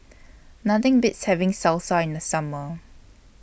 Nothing Beats having Salsa in The Summer